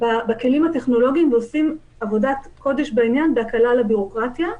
בכלים הטכנולוגיים ועושים עבודת קודש בעניין בהקלה על הביורוקרטיה.